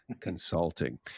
Consulting